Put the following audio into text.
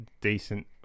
decent